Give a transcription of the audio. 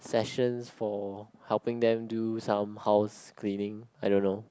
sessions for helping them do some house cleaning I don't know